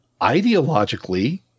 ideologically